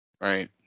right